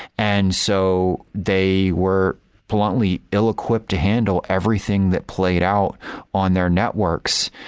and so they were bluntly ill-equipped to handle everything that played out on their networks,